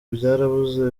byarabuze